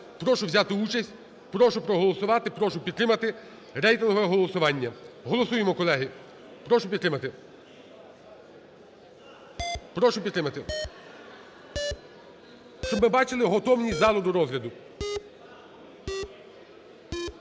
прошу взяти участь. Прошу проголосувати, прошу підтримати рейтингове голосування. Голосуємо, колеги, прошу підтримати. Прошу підтримати, щоб ми бачили готовність залу до розгляду.